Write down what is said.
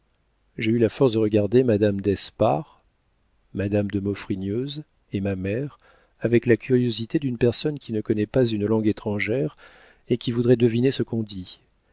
j'ai eu la force de regarder madame d'espard madame de maufrigneuse et ma mère avec la curiosité d'une personne qui ne connaît pas une langue étrangère et qui voudrait deviner ce qu'on dit